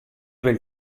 del